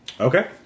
Okay